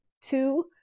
two